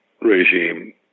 regime